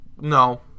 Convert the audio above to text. No